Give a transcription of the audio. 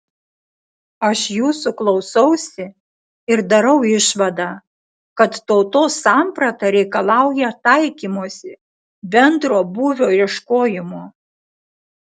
aš jūsų klausausi ir darau išvadą kad tautos samprata reikalauja taikymosi bendro būvio ieškojimo